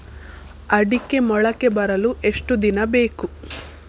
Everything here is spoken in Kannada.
ಅಡಿಕೆ ಮೊಳಕೆ ಬರಲು ಎಷ್ಟು ದಿನ ಬೇಕು?